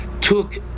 took